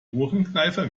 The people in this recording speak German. ohrenkneifer